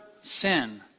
sin